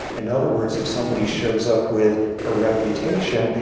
in other words, if somebody shows up with a reputation,